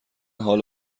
حال